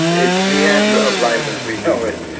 it's the end of life as we know it,